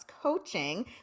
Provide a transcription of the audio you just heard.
Coaching